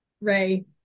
Ray